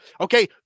Okay